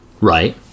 Right